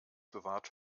bewahrt